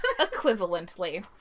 equivalently